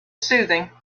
soothing